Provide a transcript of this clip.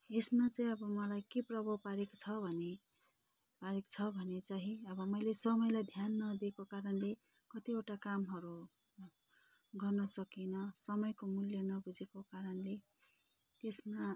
यसमा चाहिँ अब मलाई के प्रभाव पारेको छ भने पारेको छ भने चाँहि अब मैले समयलाई ध्यान नदेको कारणले कतिवटा कामहरू गर्न सकिनँ समयको मूल्य नबुझेको कारणले त्यसमा